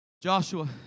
Joshua